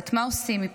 מה עושים מפה?